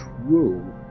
true